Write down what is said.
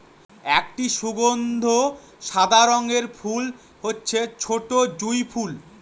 একটি সুগন্ধি সাদা রঙের ফুল হচ্ছে ছোটো জুঁই ফুল